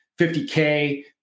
50K